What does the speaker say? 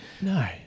No